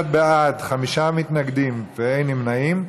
51 בעד, 5 מתנגדים, אין נמנעים.